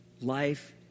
life